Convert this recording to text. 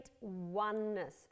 oneness